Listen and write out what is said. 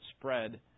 spread